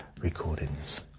recordings